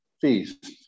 feast